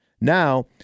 Now